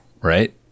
right